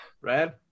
Red